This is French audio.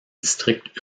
district